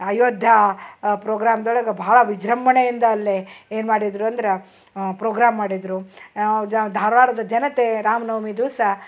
ಅಯೋಧ್ಯಾ ಪ್ರೋಗ್ರಾಮ್ದೊಳಗ ಬಹಳ ವಿಜೃಂಭಣೆಯಿಂದ ಅಲ್ಲಿ ಏನು ಮಾಡಿದ್ದರು ಅಂದ್ರ ಪ್ರೋಗ್ರಾಮ್ ಮಾಡಿದ್ದರು ಧಾರವಾಡದ ಜನತೆ ರಾಮ ನವಮಿ ದಿವಸ